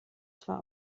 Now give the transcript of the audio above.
zwar